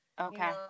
Okay